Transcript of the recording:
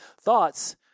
thoughts